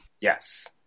Yes